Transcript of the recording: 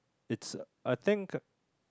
it's I think